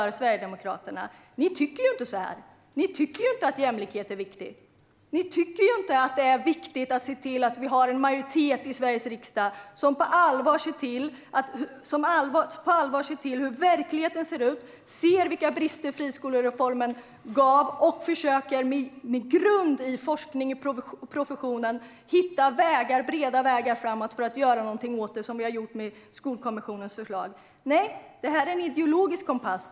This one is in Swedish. Ni tycker inte att jämlikhet är viktigt. Ni tycker inte att det är viktigt att se till att vi har en majoritet i Sveriges riksdag som på allvar ser verkligheten, som ser bristerna i friskolereformen och som med grund i forskning och profession försöker hitta breda vägar framåt för att göra något åt det, som regeringen har gjort med Skolkommissionens förslag. Det här handlar om Sverigedemokraternas ideologiska kompass.